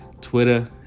Twitter